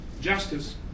Justice